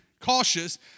Cautious